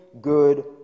good